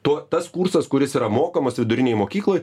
tuo tas kursas kuris yra mokamas vidurinėj mokykloj